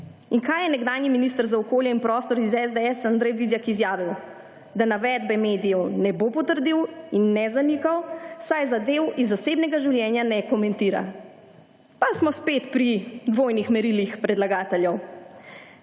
In kaj je nekdanji minister za okolje in prostor iz SDS, Andrej Vizjak, izjavil, da navedbe medijev ne bo potrdil in ne zanikal, saj zadev iz zasebnega življenja ne komentira. Pa smo spet pri dvojnih merilih predlagateljev.